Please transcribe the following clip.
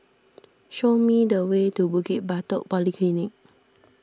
show me the way to Bukit Batok Polyclinic